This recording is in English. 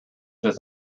this